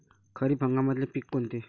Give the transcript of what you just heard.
खरीप हंगामातले पिकं कोनते?